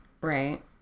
Right